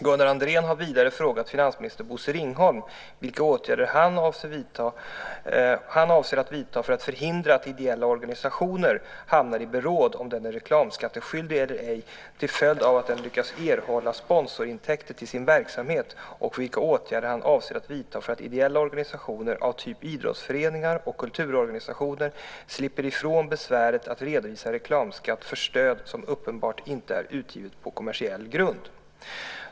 Gunnar Andrén har vidare frågat finansminister Bosse Ringholm vilka åtgärder han avser att vidta för att förhindra att ideella organisationer hamnar i beråd om den är reklamskatteskyldig eller ej till följd av att den lyckats erhålla sponsorintäkter till sin verksamhet och vilka åtgärder han avser att vidta för att ideella organisationer av typ idrottsföreningar och kulturorganisationer slipper från besväret att redovisa reklamskatt för stöd som uppenbart inte är utgivet på kommersiell grund.